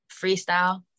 Freestyle